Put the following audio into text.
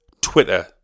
Twitter